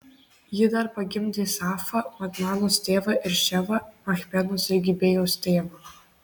ji dar pagimdė safą madmanos tėvą ir ševą machbenos ir gibėjos tėvą